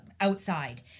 outside